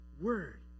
word